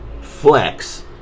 flex